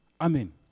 Amen